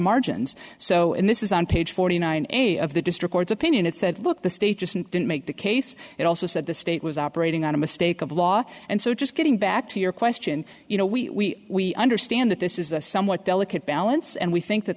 margins so in this is on page forty nine eight of the district's opinion it said look the state just didn't make the case it also said the state was operating on a mistake of law and so just getting back to your question you know we understand that this is a somewhat delicate balance and we think that